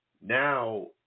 Now